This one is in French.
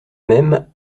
même